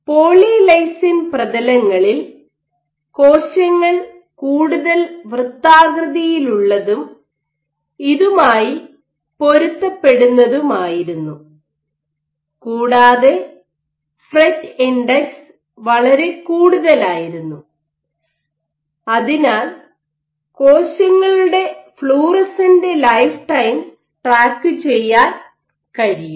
polylysine പ്രതലങ്ങളിൽ കോശങ്ങൾ കൂടുതൽ വൃത്താകൃതിയിലുള്ളതും ഇതുമായി പൊരുത്തപ്പെടുന്നതുമായിരുന്നു കൂടാതെ ഫ്രെറ്റ് ഇൻഡെക്സ് വളരെ കൂടുതലായിരുന്നു അതിനാൽ കോശങ്ങളുടെ ഫ്ലൂറെസെന്റ് ലൈഫ് ടൈം ട്രാക്കു ചെയ്യാൻ കഴിയും